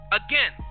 again